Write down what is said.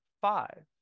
five